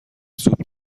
سوپ